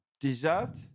Deserved